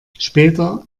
später